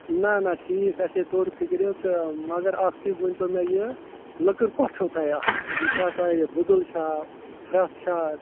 نہ نہ ٹھیٖک اَسے توٚر پھِکرِ تہٕ مگر اَکھ چیٖز ؤنۍ تو مےٚ یہِ لٔکٕر کۄش چھو تۄہہِ اَتھ یہِ چھا تۄہہِ بٕدُل چھا فرٛس چھا